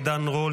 עידן רול,